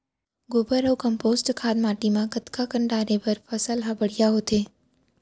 गोबर अऊ कम्पोस्ट खाद माटी म कतका कन डाले बर फसल ह बढ़िया होथे?